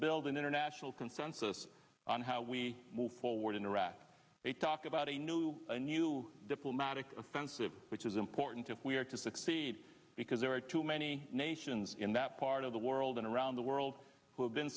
build an international consensus on how we move forward in iraq a talk about a new a new diplomatic offensive which is important if we are to succeed because there are too many nations in that part of the world and around the world who have been